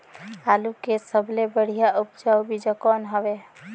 आलू के सबले बढ़िया उपजाऊ बीजा कौन हवय?